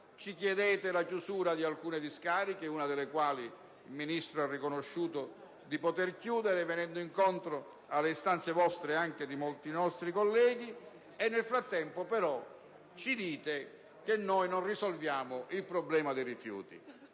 Ci chiedete la chiusura di alcune discariche, una delle quali il Ministro ha riconosciuto di poter chiudere, venendo incontro alle istanze vostre e anche di molti nostri colleghi, e nel frattempo, però, ci dite che noi non risolviamo il problema dei rifiuti.